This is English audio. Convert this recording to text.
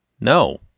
No